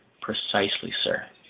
precisely, sir.